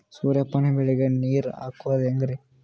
ಸೂರ್ಯಪಾನ ಬೆಳಿಗ ನೀರ್ ಹಾಕೋದ ಹೆಂಗರಿ?